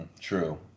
True